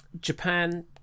Japan